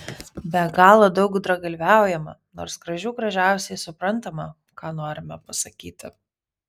be galo daug gudragalviaujama nors gražių gražiausiai suprantama ką norime pasakyti